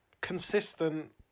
consistent